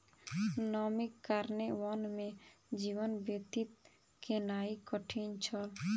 नमीक कारणेँ वन में जीवन व्यतीत केनाई कठिन छल